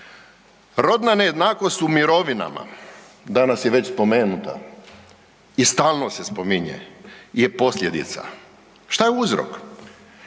Rodna nejednakost u mirovinama, danas je već spomenuta i stalno se spominje je posljedica. Šta je uzrok?